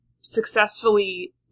successfully